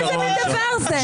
איזה מין דבר זה?